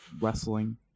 Wrestling